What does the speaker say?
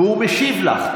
הוא משיב לך,